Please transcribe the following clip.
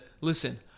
Listen